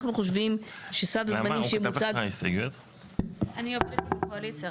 אנחנו חושבים שסעד הזמנים שמוצג --- נעמה --- אני --- לקואליציה,